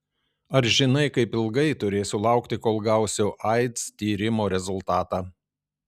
ar žinai kaip ilgai turėsiu laukti kol gausiu aids tyrimo rezultatą